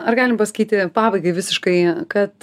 ar galim pasakyti pabaigai visiškai kad